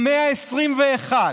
במאה ה-21,